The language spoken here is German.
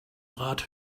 rat